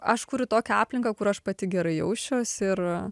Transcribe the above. aš kuriu tokią aplinką kur aš pati gerai jausčiausi ir